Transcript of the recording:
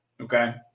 Okay